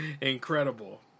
Incredible